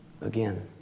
again